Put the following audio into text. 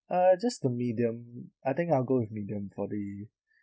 uh just the medium I think I'll go with medium for the